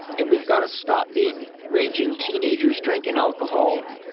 and we've got to stop being raging teenagers drinking, alcohol,